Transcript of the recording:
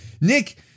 Nick